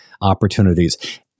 opportunities